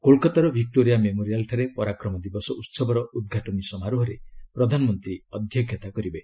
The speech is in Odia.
କୋଲକାତାର ଭିକ୍ନୋରିଆ ମେମୋରିଆଲ୍ ଠାରେ ପରାକ୍ରମ ଦିବସ ଉହବର ଉଦ୍ଘାଟନି ସମାରୋହରେ ପ୍ରଧାନମନ୍ତ୍ରୀ ଅଧ୍ୟକ୍ଷତା କରିବେ